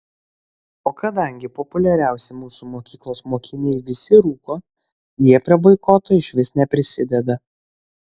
o kadangi populiariausi mūsų mokyklos mokiniai visi rūko jie prie boikoto išvis neprisideda